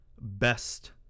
best